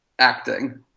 acting